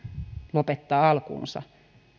lopettaa alkuunsa